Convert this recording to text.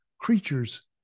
creatures